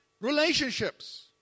relationships